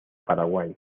paraguay